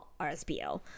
RSPO